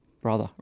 Brother